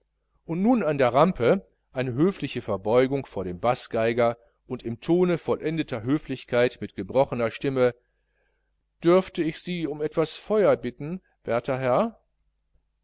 und nun an der rampe eine höfliche verbeugung vor dem baßgeiger und im tone vollendeter höflichkeit mit gebrochener stimme dürfte ich sie um etwas feuer bitten werter herr